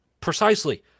precisely